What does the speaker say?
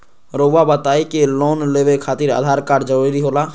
रौआ बताई की लोन लेवे खातिर आधार कार्ड जरूरी होला?